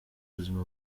buzima